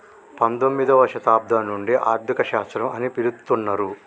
పంతొమ్మిదవ శతాబ్దం నుండి ఆర్థిక శాస్త్రం అని పిలుత్తున్నరు